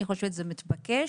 אני חושבת שזה מתבקש.